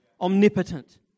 omnipotent